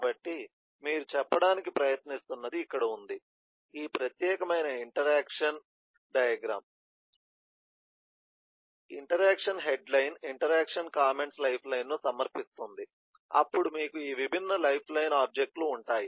కాబట్టి మీరు చెప్పడానికి ప్రయత్నిస్తున్నది ఇక్కడ ఉంది ఈ ప్రత్యేకమైన ఇంటరాక్షన్ హెడ్లైన్ ఇంటరాక్షన్ కామెంట్స్ లైఫ్లైన్ను సమర్పిస్తుంది అప్పుడు మీకు ఈ విభిన్న లైఫ్లైన్ ఆబ్జెక్ట్ లు ఉంటాయి